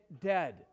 dead